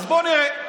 אז בואו נראה.